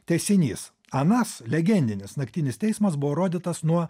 tęsinys anas legendinis naktinis teismas buvo rodytas nuo